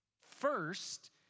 First